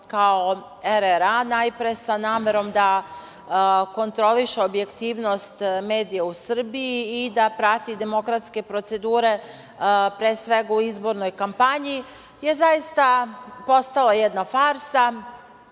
kao RRA najpre sa namerom da kontroliše objektivnost medija u Srbiji i da prati demokratske procedure, pre svega u izbornoj kampanji, je zaista postala jedna farsa